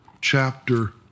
chapter